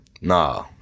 Nah